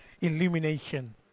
illumination